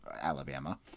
Alabama